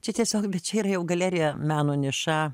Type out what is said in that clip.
čia tiesiog bet čia yra jau galerija meno niša